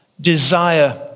desire